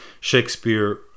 Shakespeare